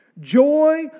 joy